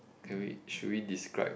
can we should we describe